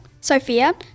Sophia